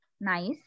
nice